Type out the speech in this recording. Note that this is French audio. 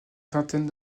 vingtaine